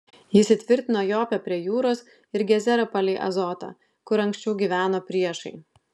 jis įtvirtino jopę prie jūros ir gezerą palei azotą kur anksčiau gyveno priešai